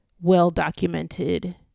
well-documented